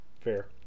fair